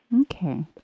Okay